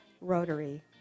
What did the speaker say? Rotary